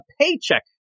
paycheck